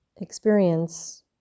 experience